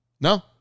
No